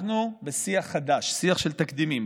אנחנו בשיח חדש, שיח של תקדימים.